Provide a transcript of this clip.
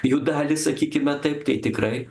jų dalį sakykime taip tai tikrai